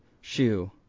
Shoe